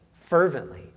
fervently